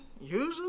usually